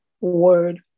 word